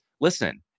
listen